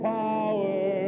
power